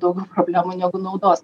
daugiau problemų negu naudos